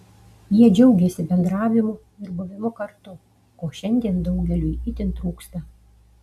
jie džiaugėsi bendravimu ir buvimu kartu ko šiandien daugeliui itin trūksta